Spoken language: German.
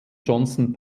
johnson